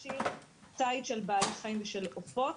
ולאפשר ציד של בעלי חיים ושל עופות,